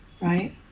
right